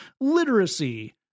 literacy